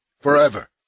forever